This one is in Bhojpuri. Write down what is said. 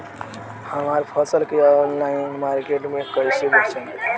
हमार फसल के ऑनलाइन मार्केट मे कैसे बेचम?